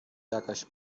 jakaś